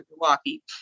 Milwaukee